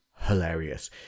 hilarious